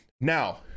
Now